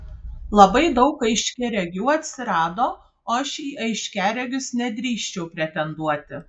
labai daug aiškiaregių atsirado o aš į aiškiaregius nedrįsčiau pretenduoti